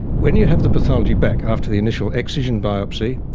when you have the pathology back after the initial excision biopsy,